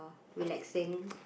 relaxing